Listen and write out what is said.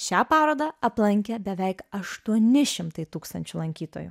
šią parodą aplankė beveik aštuoni šimtai tūkstančių lankytojų